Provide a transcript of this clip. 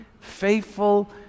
faithful